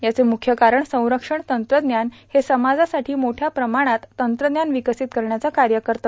याचे मुख्य कारण संरक्षण तंत्रद्यान हे समाजासाठी मोठ्या प्रमाणात तंत्रज्ञान र्विर्कासत करण्याचे काय करते